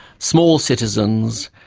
small citizens,